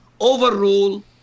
overrule